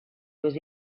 was